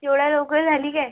एवढ्या लवकर झाली काय